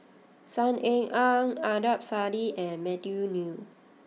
Saw Ean Ang Adnan Saidi and Matthew Ngui